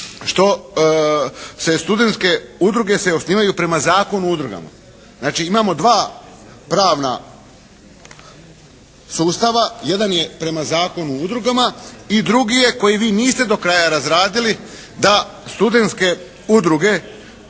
što se studenske udruge se osnivaju prema Zakonu o udrugama. Znači imamo dva pravna sustava. Jedan je prema Zakonu o udrugama i drugi je koji vi niste do kraja razradili da studenske udruge